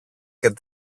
και